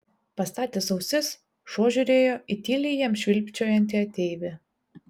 pastatęs ausis šuo žiūrėjo į tyliai jam švilpčiojantį ateivį